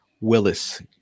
Willis